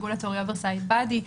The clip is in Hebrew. Regulatory Oversight Body,